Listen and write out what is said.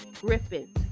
Griffin